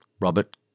Robert